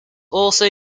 also